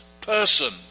person